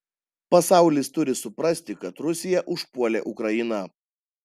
pasaulis turi suprasti kad rusija užpuolė ukrainą